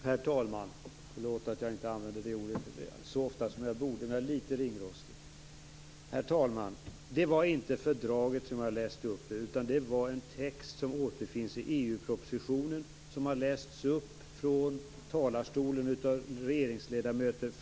Herr talman! Det var inte fördraget som jag läste upp utan en text som återfinns i EU-propositionen. Den lästes upp flera gånger från denna talarstol av regeringsledamöter.